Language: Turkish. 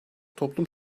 toplum